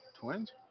Twins